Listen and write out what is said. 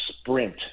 sprint